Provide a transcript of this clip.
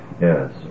Yes